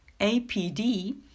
APD